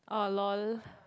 oh lol